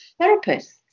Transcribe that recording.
therapists